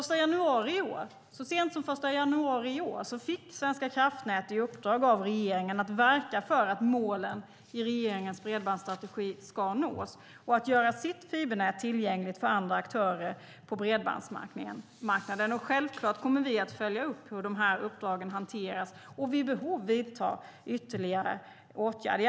Så sent som den 1 januari i år fick Svenska kraftnät i uppdrag av regeringen att verka för att målen i regeringens bredbandsstrategi ska nås och att göra sitt fibernät tillgängligt för andra aktörer på bredbandsmarknaden. Självklart kommer vi att följa upp hur de här uppdragen hanteras och vid behov vidta ytterligare åtgärder.